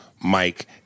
Mike